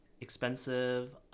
expensive